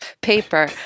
paper